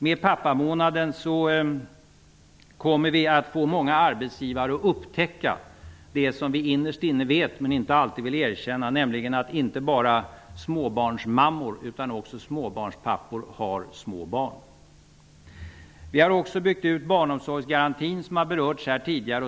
Med pappamånaden kommer vi att få många arbetsgivare att upptäcka det som vi innerst inne vet men inte alltid vill erkänna, nämligen att det inte bara är småbarnsmammor utan också småbarnspappor som har små barn. Vi har också byggt ut barnomsorgsgarantin; det har berörts tidigare.